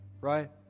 right